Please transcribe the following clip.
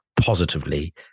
positively